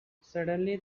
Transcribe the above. suddenly